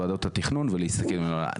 ועדות התכנון ולהסתכל מלמעלה.